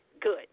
good